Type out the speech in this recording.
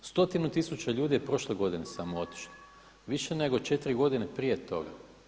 Stotinu tisuća ljudi je prošle godine samo otišlo, više nego 4 godine prije toga.